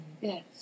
Yes